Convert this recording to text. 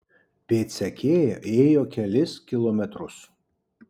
pėdsekė ėjo kelis kilometrus